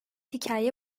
hikaye